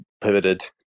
pivoted